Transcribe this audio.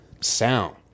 sound